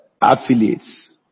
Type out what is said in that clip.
affiliates